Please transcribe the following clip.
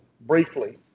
briefly